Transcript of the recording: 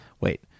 Wait